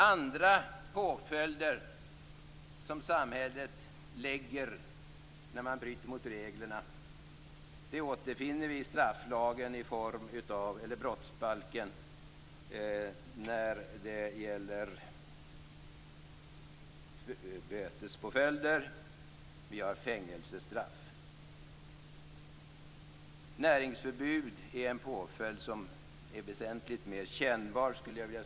Andra påföljder som samhället kan döma ut när någon bryter mot reglerna återfinns i brottsbalken. Det gäller böter och fängelsestraff. Näringsförbud är en påföljd som är väsentligt mer kännbar än böter.